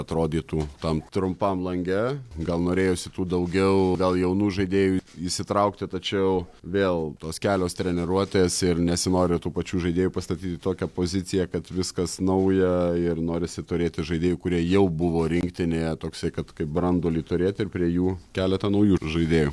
atrodytų tam trumpam lange gal norėjosi tų daugiau gal jaunų žaidėjų įsitraukti tačiau vėl tos kelios treniruotės ir nesinori tų pačių žaidėjų pastatyt į tokią poziciją kad viskas nauja ir norisi turėti žaidėjų kurie jau buvo rinktinėje toksai kad kaip branduolį turėti ir prie jų keletą naujų žaidėjų